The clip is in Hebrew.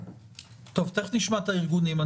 תכף נשמע את הארגונים.